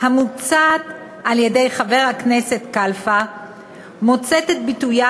המוצעת על-ידי חבר הכנסת קלפה מוצאת את ביטויה